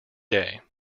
day